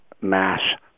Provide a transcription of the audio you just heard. mass